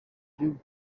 gihugu